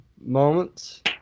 moments